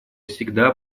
всегда